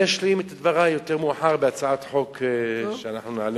אני אשלים את דברי יותר מאוחר בהצעת חוק שאנחנו נעלה.